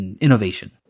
innovation